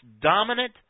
dominant